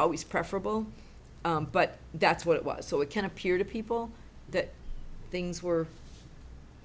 always preferable but that's what it was so it can appear to people that things were